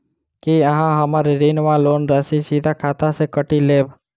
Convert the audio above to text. की अहाँ हम्मर ऋण वा लोन राशि सीधा खाता सँ काटि लेबऽ?